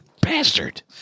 Bastard